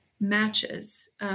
matches